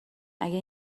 اگه